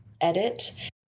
edit